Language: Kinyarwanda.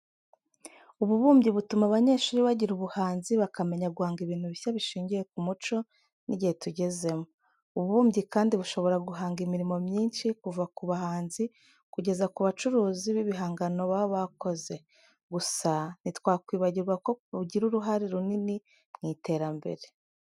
Ububumbyi butuma abanyeshuri bagira ubuhanzi, bakamenya guhanga ibintu bishya bishingiye ku muco n'igihe tugezemo. Ububumbyi kandi bushobora guhanga imirimo myinshi kuva ku bahanzi kugeza ku bacuruzi b'ibihangano baba bakoze. Gusa ntitwakwibagirwa ko bugira uruhare runini mu iterambere.